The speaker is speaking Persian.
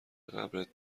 قبرت